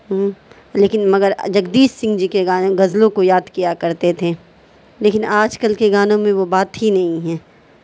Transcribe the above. لیکن مگر جگدیش سنگھ جی کے گانے غزلوں کو یاد کیا کرتے تھے لیکن آج کل کے گانوں میں وہ بات ہی نہیں ہیں